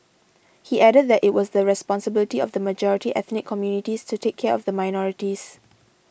he added that it was the responsibility of the majority ethnic communities to take care of the minorities